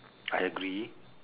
I agree